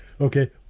Okay